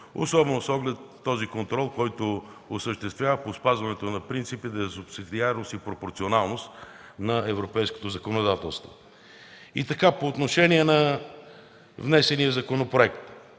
особено с оглед този контрол, който осъществява по спазването на принципите за субсидиарност и пропорционалност на европейското законодателство. По отношение на внесения законопроект: